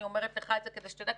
אני אומרת לך את זה כדי שתדע,